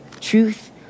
Truth